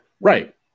Right